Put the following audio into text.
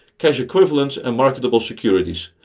cash equivalents and marketable securities.